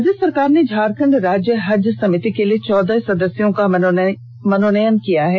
राज्य सरकार ने झारखण्ड राज्य हज समिति के लिए चौदह सदस्यों का मनोनयन किया है